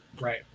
right